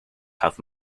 have